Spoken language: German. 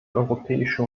europäische